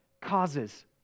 causes